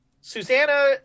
Susanna